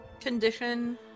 condition